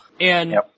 And-